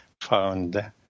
found